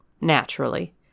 naturally